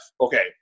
okay